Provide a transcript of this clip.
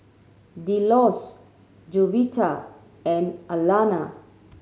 Delos Jovita and Alana